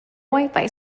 wifi